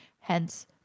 hence